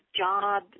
job